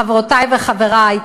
חברותי וחברי,